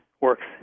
works